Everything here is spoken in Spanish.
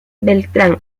beltrán